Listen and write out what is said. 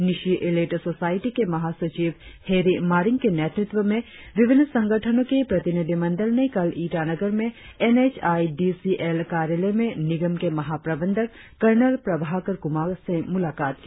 Nyishi elite society के महासचिव हेरी मारिंग के नेतृत्व में विभिन्न संगठनों के प्रतिनिधिमंडल ने कल ईटानगर में N H I D C L कार्यालय में निगम के महाप्रबंधक कर्नल प्रभाकर कुमार से मुलाकात की